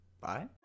Bye